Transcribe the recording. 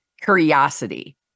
curiosity